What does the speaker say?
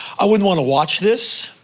i wouldn't want to watch this,